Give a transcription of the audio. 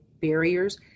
barriers